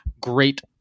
great